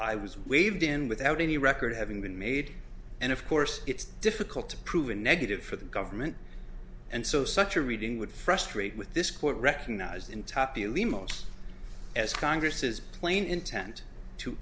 i was waved in without any record having been made and of course it's difficult to prove a negative for the government and so such a reading would frustrate with this court recognized in top bewley most as congresses plain intent to